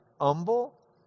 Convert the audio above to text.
humble